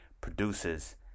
produces